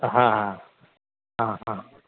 हां हां हां हां